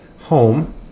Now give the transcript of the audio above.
home